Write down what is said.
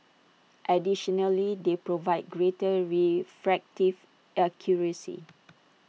additionally they provide greater refractive accuracy